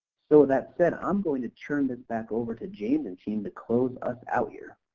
so that's it, i'm going to turn this back over to james and see him to close us out here.